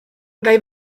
gai